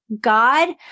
God